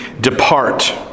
depart